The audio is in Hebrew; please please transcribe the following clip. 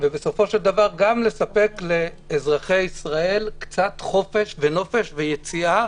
ובסופו של דבר גם לספק לאזרחי ישראל קצת חופש ונופש ויציאה